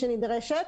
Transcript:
שנדרשת.